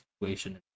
situation